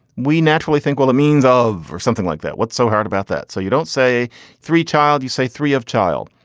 we naturally think well, a means of or something like that. what's so hard about that? so you don't say three child, you say three of child.